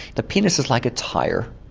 the penis is like a tyre,